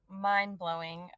mind-blowing